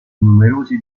numerosi